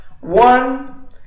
one